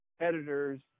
editors